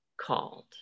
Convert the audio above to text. called